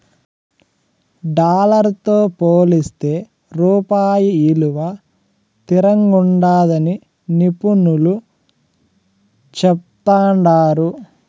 dollar తో పోలిస్తే రూపాయి ఇలువ తిరంగుండాదని నిపునులు చెప్తాండారు